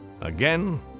Again